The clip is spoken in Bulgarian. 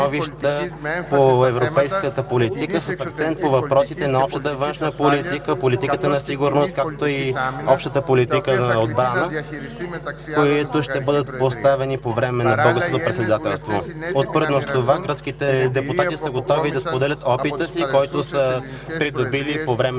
по европейската политика с акцент по въпросите на общата външна политика, политиката за сигурност, както и общата политика за отбрана, които ще бъдат поставени по време на българското председателство. Успоредно с това гръцките депутати са готови да споделят опита си, който са придобили по време